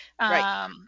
Right